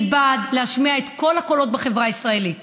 אני בעד להשמיע את כל הקולות בחברה הישראלית,